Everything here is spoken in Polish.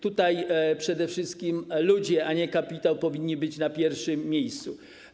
Tutaj przede wszystkim ludzie, a nie kapitał, powinni być na pierwszym miejscu.